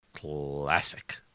Classic